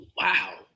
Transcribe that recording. Wow